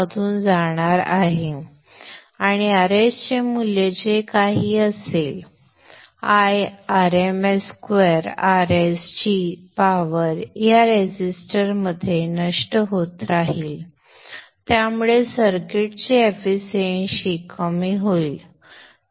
मधून जाणार आहे आणि Rs चे मूल्य जे काही असेल Irms2Rs ची पावर या रेझिस्टरमध्ये नष्ट होत राहील त्यामुळे सर्किटची एफिशियंसि कमी होईल